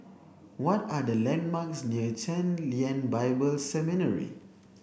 what are the landmarks near Chen Lien Bible Seminary